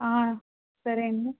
ఆ సరే అండి